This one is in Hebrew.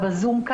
בזום,